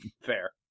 Fair